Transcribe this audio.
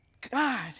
God